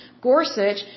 Gorsuch